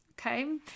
okay